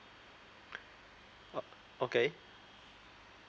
oh okay